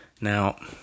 Now